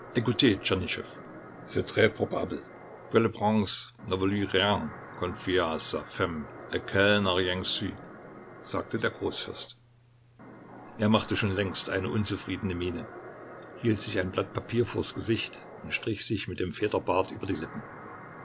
sagte der großfürst er machte schon längst eine unzufriedene miene hielt sich ein blatt papier vors gesicht und strich sich mit dem federbart über die lippen